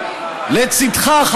לצידך,